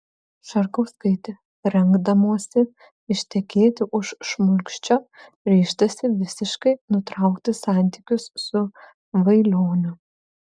šarkauskaitė rengdamosi ištekėti už šmulkščio ryžtasi visiškai nutraukti santykius su vailioniu